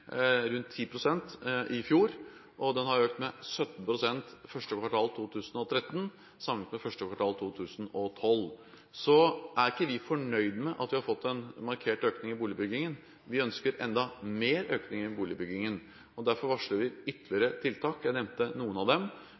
rundt 10 pst. i fjor, og den har økt med 17 pst. første kvartal 2013 sammenlignet med første kvartal 2012. Så er ikke vi fornøyd med at vi har fått en markert økning i boligbyggingen. Vi ønsker enda mer økning i boligbyggingen, og derfor varsler vi ytterligere tiltak. Jeg nevnte noen av dem,